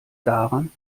daran